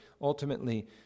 ultimately